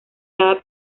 cada